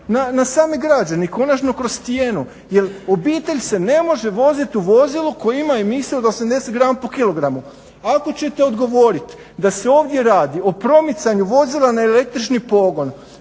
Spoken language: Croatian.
na same građane i konačno kroz cijenu jer obitelj se ne može voziti u vozilu koje ima emisiju od 80 grama po kilogramu. Ako ćete odgovoriti da se ovdje radi o promicanju vozila na električni pogon,